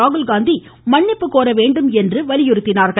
ராகுல்காந்தி மன்னிப்பு கோர வேண்டும் என்று வலியுறுத்தினார்கள்